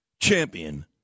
champion